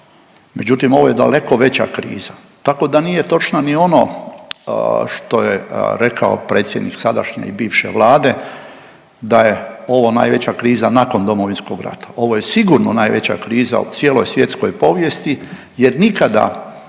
međutim ovo je daleko veća kriza. Tako da nije točno ni ono što je rekao predsjednik sadašnje i bivše Vlade da je ovo najveća kriza nakon Domovinskog rata. Ovo je sigurno najveća u cijeloj svjetskoj povijesti jer nikada